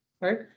right